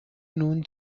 nun